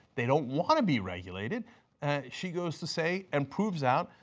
they don't want to be regulated and she goes to say, and proves out,